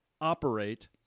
operate